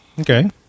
Okay